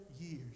years